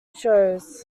shows